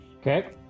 Okay